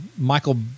Michael